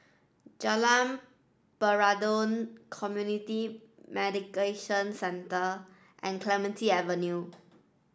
Jalan Peradun Community Mediation Centre and Clementi Avenue